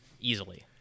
easily